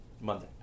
Monday